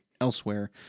elsewhere